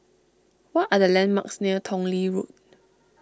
what are the landmarks near Tong Lee Road